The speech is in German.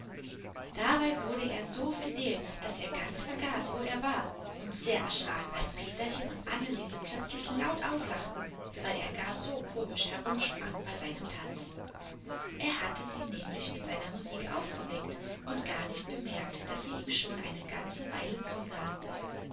dabei wurde er so fidel daß er ganz vergaß wo er war und sehr erschrak als peterchen und anneliese plötzlich laut auflachten weil er gar so komisch herumsprang bei seinem tanz er hatte sie nämlich mit seiner musik aufgeweckt und gar nicht bemerkt daß sie ihm schon eine ganze weile zusahen